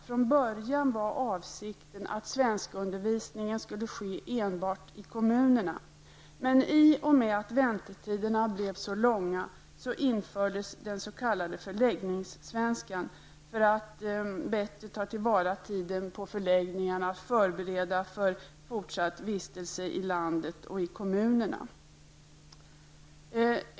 Från början var avsikten att svenskundervisningen skulle ske enbart i kommunerna, men i och med att väntetiderna blev så långa infördes den s.k. förläggningssvenskan för att man skulle kunna ta till vara tiden bättre på förläggningarna och förbereda för fortsatt vistelse i landet och kommunerna.